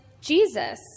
Jesus